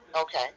Okay